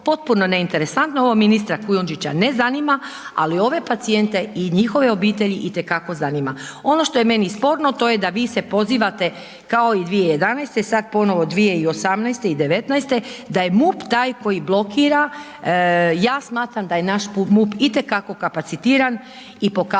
potpuno neinteresantno, ovo ministra Kujundžića ne zanima, ali ove pacijente i njihove obitelji i te kako zanima. Ono što je meni sporno to je da vi se pozivate kao i 2011., sad ponovo 2018. i 2019. da je MUP tak koji blokira, ja smatram da je naš MUP i te kako kapacitiran i pokazao